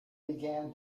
began